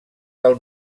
del